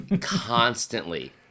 Constantly